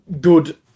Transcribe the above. good